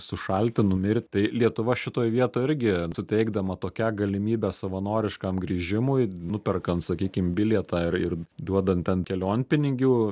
sušalti numir tai lietuva šitoj vietoj irgi suteikdama tokią galimybę savanoriškam grįžimui nuperkant sakykim bilietą ir ir duodant ten kelionpinigių